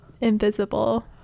Invisible